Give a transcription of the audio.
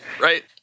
Right